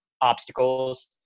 obstacles